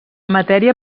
matèria